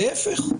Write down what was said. להפך.